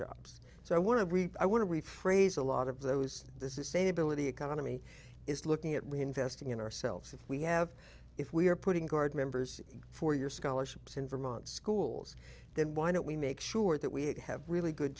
ops so i want to repeat i want to rephrase a lot of those this is a ability economy is looking at reinvesting in ourselves if we have if we are putting guard members for your scholarships in vermont schools then why don't we make sure that we have really good